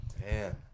man